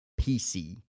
PC